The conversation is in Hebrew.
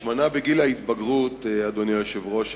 אדוני היושב-ראש,